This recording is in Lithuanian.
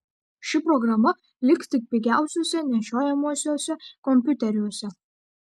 ši programa liks tik pigiuosiuose nešiojamuosiuose kompiuteriuose